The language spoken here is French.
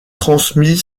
transmit